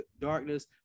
darkness